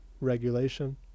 regulation